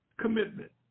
commitment